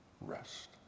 Rest